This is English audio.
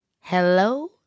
Hello